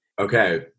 Okay